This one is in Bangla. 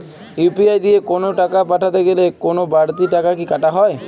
ইউ.পি.আই দিয়ে কোন টাকা পাঠাতে গেলে কোন বারতি টাকা কি কাটা হয়?